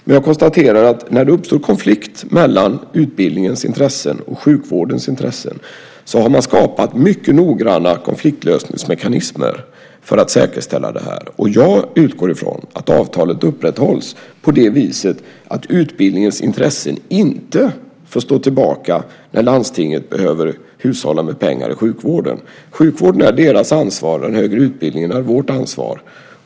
Men jag konstaterar att när det uppstår konflikt mellan utbildningens intressen och sjukvårdens intressen har man skapat mycket noggranna konfliktlösningsmekanismer för att säkerställa detta. Jag utgår ifrån att avtalet upprätthålls på det viset att utbildningens intresse inte får stå tillbaka när landstinget behöver hushålla med pengar i sjukvården. Sjukvården är deras ansvar, och den högre utbildningen är vårt ansvar.